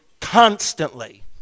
constantly